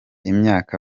imyaka